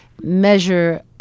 measure